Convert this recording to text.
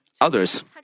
others